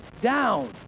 down